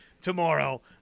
tomorrow